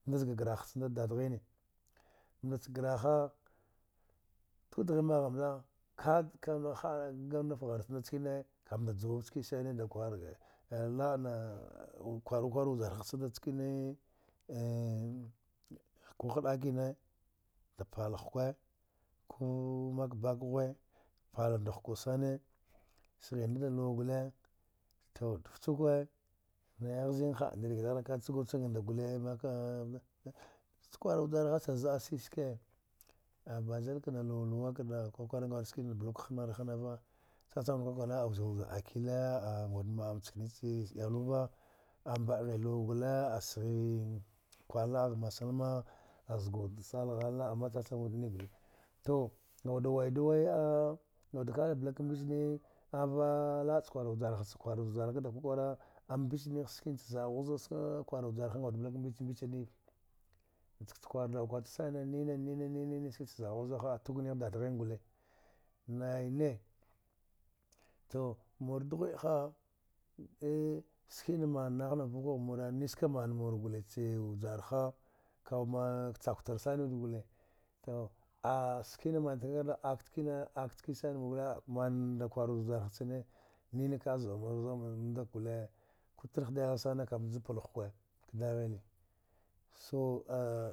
Nda zaga graha ngh cinda dada rihine, naci graha, ku dighe da maha nda ka gma handnife hancinda, ka fuwa nckena sine da kwara ga laba, kwu kwara laba ga vjara cinda ncekena ku hda kiya ne da pla hufw, ku mka baka hwe pla da hukwe sine sihin nda da luwa gwal to da fucikwe naya hzga hadnari ga dadi da chikur tsgutse nda gwal maka, ma, cha kwara vjaraha ca zida ski ski a bazala kana luwluw kada ku kwara a ski bla wude ka ghnar-hnrva, cma-cma wude ku kwara a wusila wude akile a wude mana nickena ce a hawa kra a wude ma nakhena e tse uawalara a mbahe luwa gwal a sihi kwalaba ghe muslima, azguda sallah halna amma cam-cam wude ni gwal. To a wude da wadu waya ah a kadi mbicene la-va laba kwar vjarahva kwar vjaraha ka da ka kwara mbicine ski a zidu zida a kwara vjaraha a wa ka bla ka mbici mbici neva, nckena du kwaldul kwara sane a mbicine ski cha zidu zida saka, kwara vjaraha a wude bu ka mbici mbicine va edja ce kwal da kwara sine ni ni ni cha zidu zida ha, mbici mbicine va, ni ce kwaldu sana nini zidu zida ha a tugniha dghine gwal. Naya ne to mura cha sughwede ha a sikina mna naghana vkuku mura, ne sikna mana mura ci vjaraha ka ma cha-chatura sini mura gwal, a sikin mna tari aka nickene mna ta aka nickena nickena, mna da kwara vjaraha cikina ni na zidura zida gwal ka tra dahila ka pla na hukwe ka daghila ta so thahei.